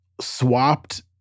swapped